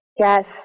Yes